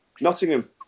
Nottingham